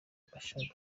bashabe